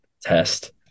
test